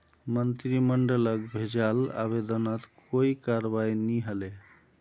मंत्रिमंडलक भेजाल आवेदनत कोई करवाई नी हले